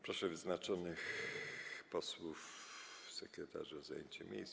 Proszę wyznaczonych posłów sekretarzy o zajęcie miejsc.